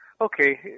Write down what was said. Okay